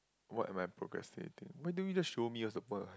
what am I procrastinating why don't you just show me what's the point